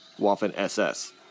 Waffen-SS